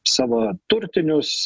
savo turtinius